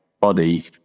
body